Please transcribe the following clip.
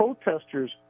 protesters